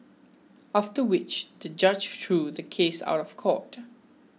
after which the judge threw the case out of court